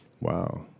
Wow